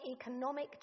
economic